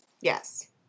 Yes